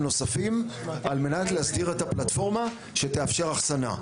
נוספים על מנת להסדיר את הפלטפורמה שתאפשר אחסנה.